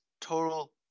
total